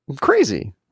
crazy